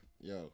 Yo